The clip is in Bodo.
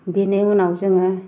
बिनि उनाव जोङो